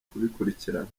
kubikurikirana